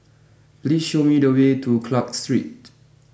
please show me the way to Clark Street